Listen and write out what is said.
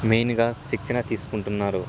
మెయిన్గా శిక్షణ తీసుకుంటున్నారు